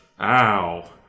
ow